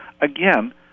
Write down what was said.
again